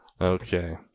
Okay